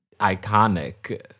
iconic